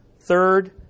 third